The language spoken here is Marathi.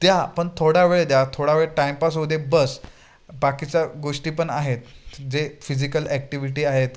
द्या पण थोड्या वेळ द्या थोडावेळ टाइमपास होउदे त बस बाकीच्या गोष्टी पण आहेत जे फिजिकल ॲक्टिव्हिटी आहेत